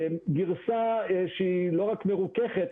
גרסה שהיא לא רק מרוככת,